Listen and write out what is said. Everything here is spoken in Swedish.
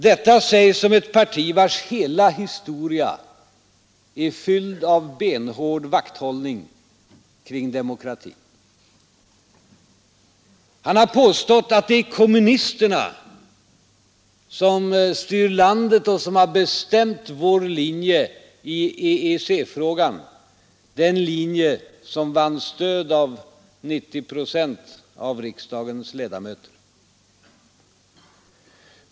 Det sägs om ett parti vars hela historia är fylld av en benhård vakthållning kring demokratin. Han har påstått att det är kommunisterna som styr landet och som har bestämt vår linje i EEC-frågan, den linje som vann stöd av 90 procent av riksdagens ledamöter.